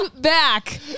back